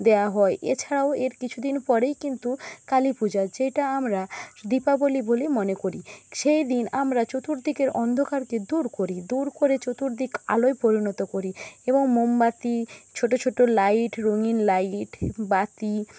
দেওয়া হয় এছাড়াও এর কিছুদিন পরেই কিন্তু কালী পূজা যেটা আমরা দীপাবলি বলে মনে করি সেই দিন আমরা চতুর্দিকের অন্ধকারকে দূর করি দূর করে চতুর্দিক আলোয় পরিণত করি এবং মোমবাতি ছোটো ছোটো লাইট রঙিন লাইট বাতি